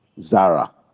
Zara